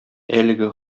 әлеге